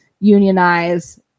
unionize